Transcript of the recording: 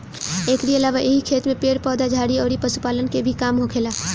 एकरी अलावा एही खेत में पेड़ पौधा, झाड़ी अउरी पशुपालन के भी काम होखेला